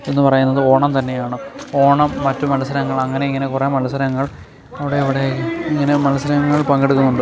എന്ന് പറയുന്നത് ഓണം തന്നെയാണ് ഓണം മറ്റ് മത്സരങ്ങൾ അങ്ങനെ ഇങ്ങനെ കുറേ മത്സരങ്ങൾ അവിടെ ഇവിടെ ഇങ്ങനെ മത്സരങ്ങൾ പങ്കെടുക്കുന്നുണ്ട്